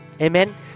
Amen